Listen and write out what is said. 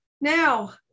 Now